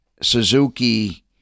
Suzuki